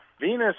venus